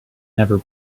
never